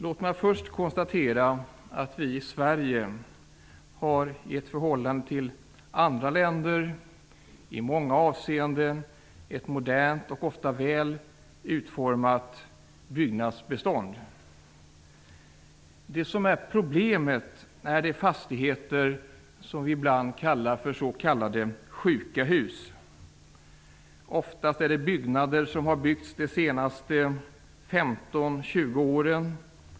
Låt mig först konstatera att vi i Sverige har ett i förhållande till andra länder i många avseenden modernt och ofta väl utformat byggnadsbestånd. Det som är problemet är de fastigheter som vi ibland kallar för sjuka hus. Oftast är det byggnader som har byggts de senaste 15-20 åren.